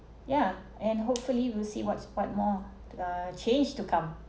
yeah and hopefully we'll see what's quite more uh change to come